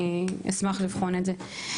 אני אשמח לבחון את זה.